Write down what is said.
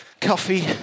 coffee